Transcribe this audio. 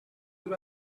dur